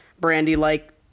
Brandy-like